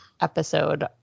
episode